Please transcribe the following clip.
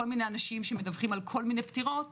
מיני אנשים שמדווחים על כל מיני פטירות